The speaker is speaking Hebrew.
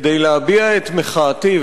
כדי להביע את מחאתי,